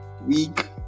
week